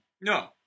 No